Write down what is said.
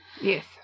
Yes